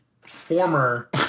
former